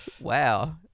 Wow